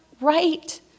right